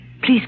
Please